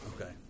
Okay